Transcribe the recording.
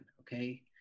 okay